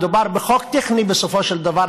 מדובר בחוק טכני, בסופו של דבר.